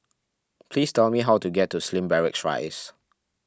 please tell me how to get to Slim Barracks Rise